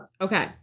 Okay